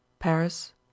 Paris